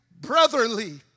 brotherly